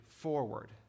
forward